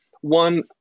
one